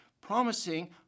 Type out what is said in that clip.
promising